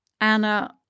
Anna